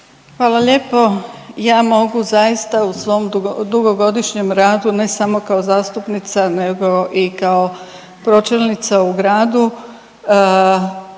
Hvala lijepo. Ja mogu zaista u svom dugogodišnjem radu ne samo kao zastupnica nego i kao pročelnica u gradu